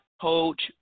coach